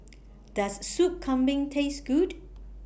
Does Soup Kambing Taste Good